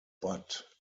but